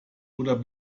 oder